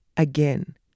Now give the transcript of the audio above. Again